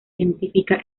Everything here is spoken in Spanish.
científica